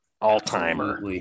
all-timer